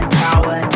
power